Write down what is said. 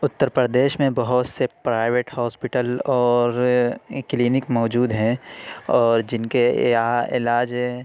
اتّر پردیش میں بہت سے پرائیویٹ ہاسپیٹل اور کلینک موجود ہیں اور جن کے یہاں علاج